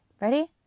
Ready